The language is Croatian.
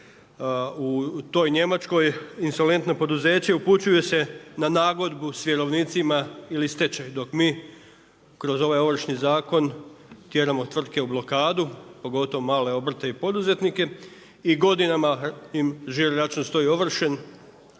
U toj Njemačkoj insolventno poduzeće upućuje se na nagodbu s vjerovnicima ili stečaj, dok mi kroz ovaj ovršni zakon, tjeramo tvrtke u blokadu, pogotovo male obrte i poduzetnike i godinama im žiro račun stoji ovršen,